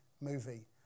movie